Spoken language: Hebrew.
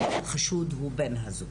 חשוד הוא בן הזוג,